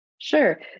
Sure